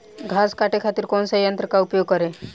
घास काटे खातिर कौन सा यंत्र का उपयोग करें?